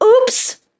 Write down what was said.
Oops